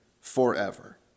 forever